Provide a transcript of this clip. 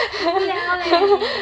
无聊 leh 妳